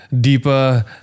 deeper